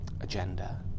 agenda